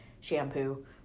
shampoo